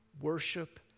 Worship